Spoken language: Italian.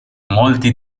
molti